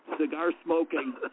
cigar-smoking